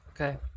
okay